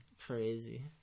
crazy